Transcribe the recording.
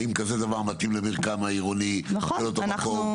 האם כזה דבר מתאים למרקם העירוני של אותו מקום,